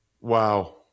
Wow